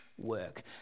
work